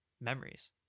memories